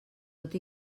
tot